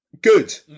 good